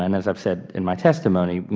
um as i've said in my testimony,